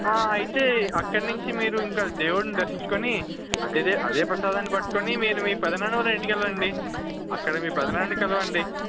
ఆ అయితే అక్కడ నుంచి మీరు ఇంకా దేవుడిని దర్శించుకొని అదే ప్రసాదాన్ని పట్టుకుని మీరు మీ పెదనాన్న వాళ్ళ ఇంటికి వెళ్ళండి అక్కడ మీ పెదనాన్నని కలవండి